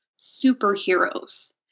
superheroes